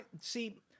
See